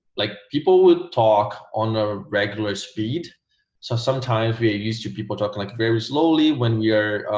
like people would talk on a regular speed so sometimes we ah used to people talking like very slowly when you're